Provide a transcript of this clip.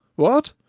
what,